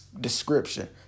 description